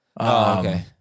Okay